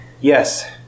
Yes